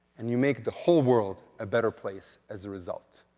and you make the whole world a better place as a result.